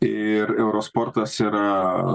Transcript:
ir euro sportas yra